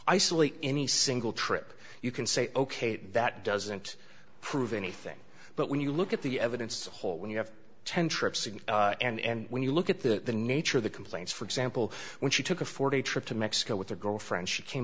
isolate any single trip you can say ok that doesn't prove anything but when you look at the evidence whole when you have ten trips in and when you look at the nature of the complaints for example when she took a four day trip to mexico with her girlfriend she came